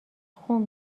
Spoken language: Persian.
خون